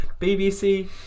BBC